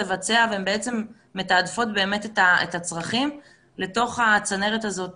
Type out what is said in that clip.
לבצע והן בעצם מתעדפות באמת את הצרכים לתוך הצנרת הזאת